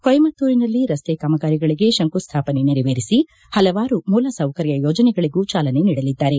ಕೊಯಮತ್ತೂರಿನಲ್ಲಿ ರಸ್ತೆ ಕಾಮಗಾರಿಗಳಿಗೆ ಶಂಕುಸ್ಥಾಪನೆ ನೆರವೇರಿಸಿ ಹಲವಾರು ಮೂಲ ಸೌಕರ್ನ ಯೋಜನೆಗಳಿಗೂ ಚಾಲನೆ ನೀಡಲಿದ್ದಾರೆ